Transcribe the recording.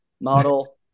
model